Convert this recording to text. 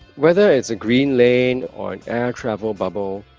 whether it's a green lane or an air travel bubble,